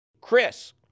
Chris